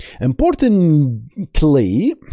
Importantly